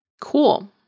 cool